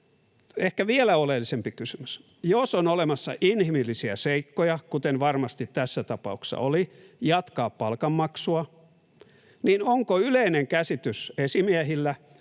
ehkä vielä oleellisempi kysymys: jos on olemassa inhimillisiä seikkoja, kuten varmasti tässä tapauksessa oli, jatkaa palkanmaksua, niin onko yleinen käsitys esimiehillä,